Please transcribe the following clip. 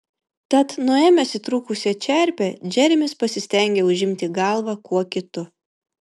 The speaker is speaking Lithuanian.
tad nuėmęs įtrūkusią čerpę džeremis pasistengė užimti galvą kuo kitu